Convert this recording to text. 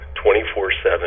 24/7